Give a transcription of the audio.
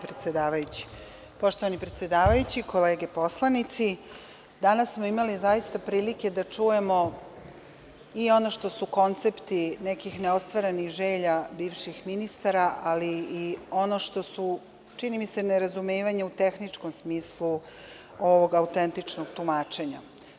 Poštovani predsedavajući, kolege poslanici, danas smo imali zaista prilike da čujemo i ono što su koncepti nekih neostvarenih želja bivših ministara, ali i ono što su, čini mi se, nerazumevanja u tehničkom smislu ovog autentičnog tumačenja.